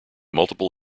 multiple